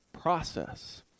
process